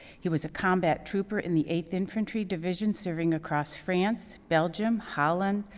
he was a combat trooper in the eighth infantry division, serving across france, belgium, holland,